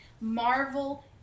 Marvel